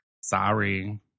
Sorry